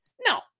No